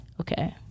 Okay